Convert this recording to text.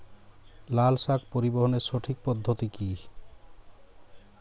লালশাক পরিবহনের সঠিক পদ্ধতি কি?